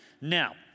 Now